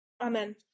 Amen